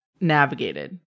navigated